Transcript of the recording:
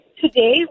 Today